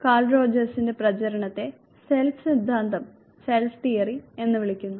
call റോജേഴ്സിന്റെ പ്രചരണത്തെ self സിദ്ധാന്തം എന്ന് വിളിക്കുന്നു